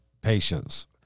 patience